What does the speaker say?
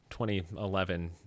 2011